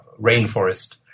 rainforest